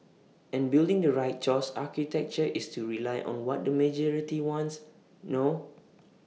and building the right choice architecture is to rely on what the majority wants no